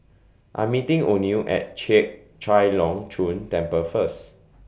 I Am meeting Oneal At Chek Chai Long Chuen Temple First